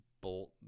Bolt